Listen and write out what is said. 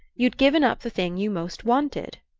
you'd given up the thing you most wanted.